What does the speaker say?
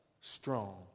strong